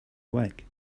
awake